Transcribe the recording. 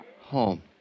Home